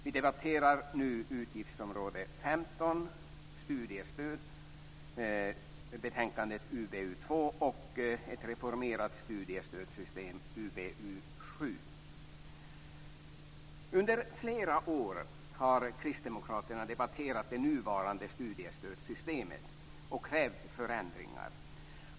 Vi debatterar nu utgiftsområde 15 Studiestöd, betänkande UbU2, och Ett reformerat studiestödssystem, betänkande UbU7. Under flera år har kristdemokraterna debatterat det nuvarande studiestödssystemet och krävt förändringar.